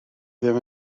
ddim